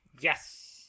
Yes